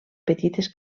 petites